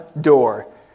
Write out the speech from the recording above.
door